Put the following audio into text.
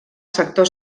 sector